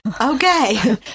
okay